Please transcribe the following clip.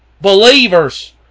Believers